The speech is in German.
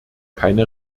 keine